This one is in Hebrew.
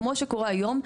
כמו שקורה היום,